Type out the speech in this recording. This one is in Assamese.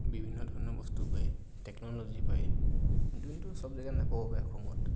বিভিন্ন ধৰণৰ বস্তু পায় টেকন'লজি পায় কিন্তু চব জেগাত নাপাব পাৰে অসমত